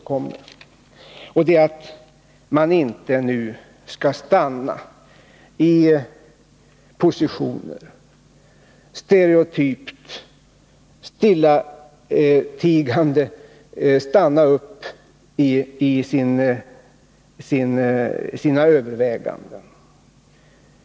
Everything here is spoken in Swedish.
Det är — och i detta vill jag instämma med Thage Peterson — att vi inte nu skall stanna i positioner, att vi inte stereotypt och stillatigande skall stanna upp i våra överväganden.